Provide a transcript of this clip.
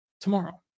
tomorrow